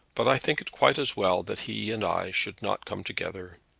but i think it quite as well that he and i should not come together.